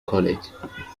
college